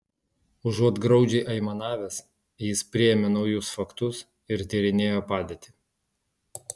užuot graudžiai aimanavęs jis priėmė naujus faktus ir tyrinėjo padėtį